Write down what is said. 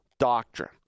Doctrine